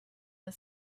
the